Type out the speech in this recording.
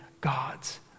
God's